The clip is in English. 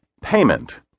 Payment